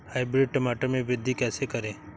Hybrid टमाटर में वृद्धि कैसे करें?